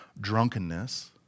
drunkenness